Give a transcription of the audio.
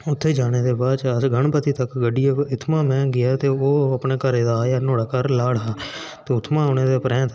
उत्थै जाने दे बाद असें गणपति तक गड़्ड़ी इत्थुआं में गेआ ते ओह् घरे दा आया ते नुआढ़े लाड़ हा उत्थुआं औने दे परैंत